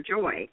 joy